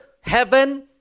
heaven